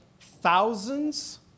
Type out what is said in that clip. thousands